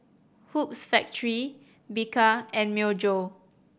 Hoops Factory Bika and Myojo